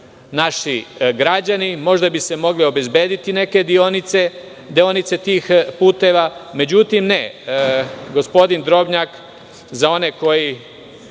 naši građani. Možda bi se mogle obezbediti neke deonice tih puteva.Međutim, ne, gospodin Drobnjak za one koji